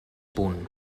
punt